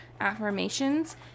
affirmations